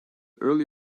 early